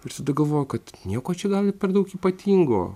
visada galvojau kad nieko čia gal ir per daug ypatingo